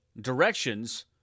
directions